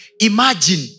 imagine